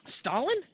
Stalin